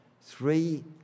three